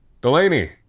Delaney